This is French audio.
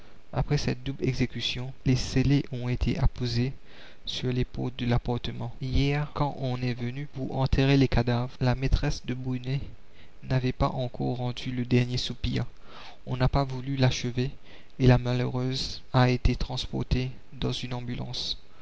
après cette double exécution les scellés ont été apposés sur les portes de l'appartement hier quand on est venu pour enterrer les cadavres la maîtresse de brunet n'avait pas encore rendu le dernier soupir on n'a pas voulu l'achever et la malheureuse a été transportée dans une ambulance